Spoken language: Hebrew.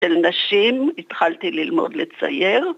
‫של נשים התחלתי ללמוד לצייר.